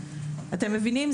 אתם מבינים?